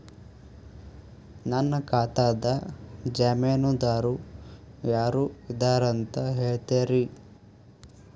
ನನ್ನ ಖಾತಾದ್ದ ಜಾಮೇನದಾರು ಯಾರ ಇದಾರಂತ್ ಹೇಳ್ತೇರಿ?